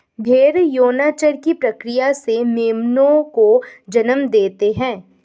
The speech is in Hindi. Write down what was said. भ़ेड़ यौनाचार की प्रक्रिया से मेमनों को जन्म देते हैं